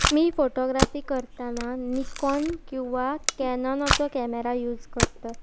मी photography करतना Nikon किंवां कॅनोनाचो कॅमेरा यूज करता